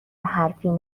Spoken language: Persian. حرفی